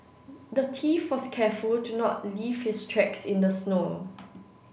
the thief was careful to not leave his tracks in the snow